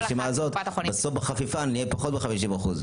בסוף בחפיפה נהיה פחות מ-50%.